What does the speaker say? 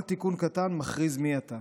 כל תיקון קטן מכריז מי אתה.